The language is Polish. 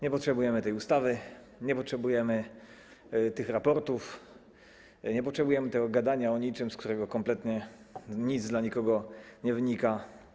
Nie potrzebujemy tej ustawy, nie potrzebujemy tych raportów, nie potrzebujemy tego gadania o niczym, z którego kompletnie nic dla nikogo nie wynika.